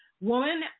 Woman